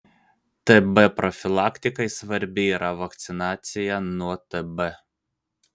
tb profilaktikai svarbi yra vakcinacija nuo tb